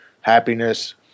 happiness